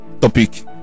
topic